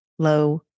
low